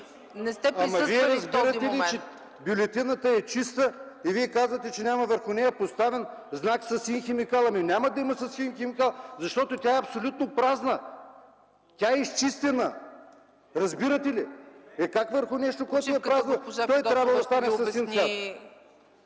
Не сте присъствали в този момент. РУМЕН ТАКОРОВ: Ама, вие разбирате ли, че бюлетината е чиста и казвате, че няма върху нея поставен знак със син химикал. Ами, няма да има със син химикал, защото тя е абсолютно празна, тя е изчистена. Разбирате ли? Е, как върху нещо, което е празно, той трябва да стане със син